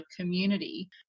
community